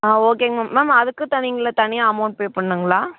ஆ ஓகேங்க ma'am ma'am அதுக்கும் தனிங்களா தனியாக அமௌண்ட் பே பண்ணுங்களா